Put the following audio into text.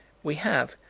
we have,